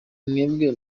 mwebwe